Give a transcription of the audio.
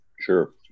sure